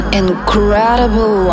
incredible